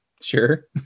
sure